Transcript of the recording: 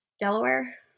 Delaware